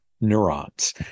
neurons